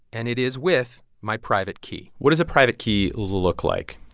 and it is with my private key what does a private key look like?